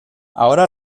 ahora